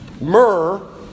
Myrrh